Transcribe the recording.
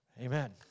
Amen